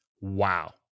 Wow